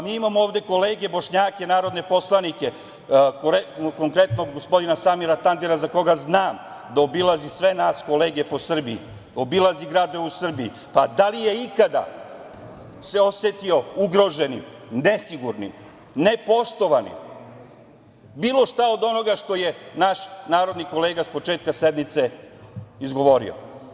Mi imamo ovde kolege Bošnjake narodne poslanike, konkretno gospodina Samira Tandira, za koga znam da obilazi sve nas kolege po Srbiji, obilazi gradove u Srbiji, pa da li se ikada osetio ugroženim, nesigurnim, nepoštovanim, bilo šta od onoga što je naš kolega s početka sednice izgovorio?